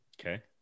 Okay